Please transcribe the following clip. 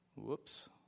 Whoops